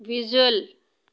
visual